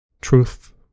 truth